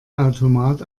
automat